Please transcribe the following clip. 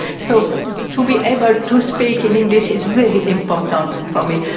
so to be able to speak in english is very important for me,